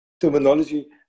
terminology